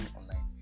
online